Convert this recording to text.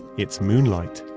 it's moonlight.